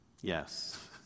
Yes